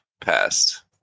past